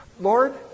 Lord